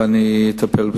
ואני אטפל בזה.